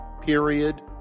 Period